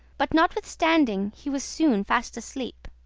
but, notwithstanding, he was soon fast asleep.